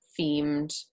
themed